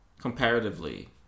comparatively